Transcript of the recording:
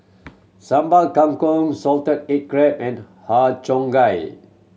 Sambal Kangkong salted egg crab and Har Cheong Gai